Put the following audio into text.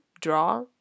draw